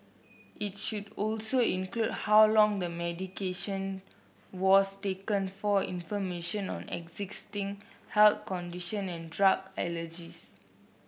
it should also include how long the medication was taken for information on existing health condition and drug allergies